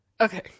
Okay